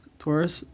Taurus